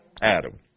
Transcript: Adam